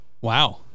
wow